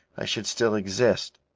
i should still exist.